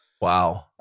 Wow